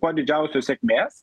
kuo didžiausios sėkmės